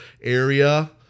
area